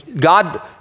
God